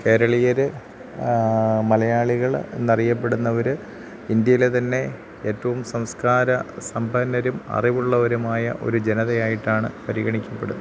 കേരളീയർ മലയാളികൾ എന്നറിയപ്പെടുന്നവർ ഇന്ത്യയിലെ തന്നെ എറ്റവും സംസ്കാര സമ്പന്നരും അറിവുള്ളവരുമായ ഒരു ജനതയായിട്ടാണ് പരിഗണിക്കപ്പെടു